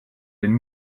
den